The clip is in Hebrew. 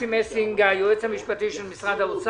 אסי מסינג, היועץ המשפטי של משרד האוצר